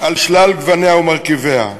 על שלל גווניה ומרכיביה?